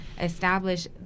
establish